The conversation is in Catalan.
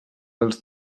dels